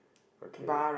okay